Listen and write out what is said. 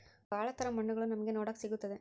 ಭಾಳ ತರ ಮಣ್ಣುಗಳು ನಮ್ಗೆ ನೋಡಕ್ ಸಿಗುತ್ತದೆ